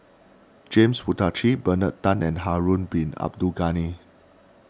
James Puthucheary Bernard Tan and Harun Bin Abdul Ghani